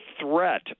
threat